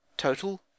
total